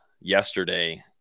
yesterday